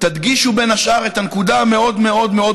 תדגישו בין השאר את הנקודה המאוד-מאוד-מאוד-פשוטה: